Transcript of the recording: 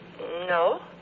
No